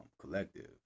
collective